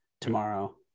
tomorrow